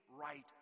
right